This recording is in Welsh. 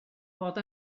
bod